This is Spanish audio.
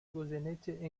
goyeneche